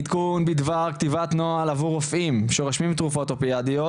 עדכון בדבר כתיבת נוהל עבור רופאים שרושמים תרופות אופיאטדיות.